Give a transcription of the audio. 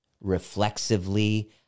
reflexively